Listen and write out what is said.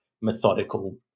methodical